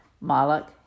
Malak